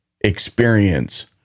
experience